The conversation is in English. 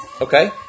okay